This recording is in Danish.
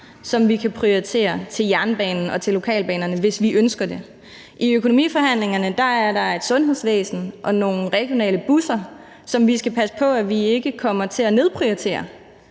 som vi kan prioritere til jernbanen og til lokalbanerne, hvis vi ønsker det. I økonomiforhandlingerne er der et sundhedsvæsen og nogle regionale busser, som vi skal passe på vi ikke kommer til at nedprioritere